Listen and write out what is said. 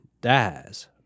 dies